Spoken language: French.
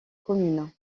commune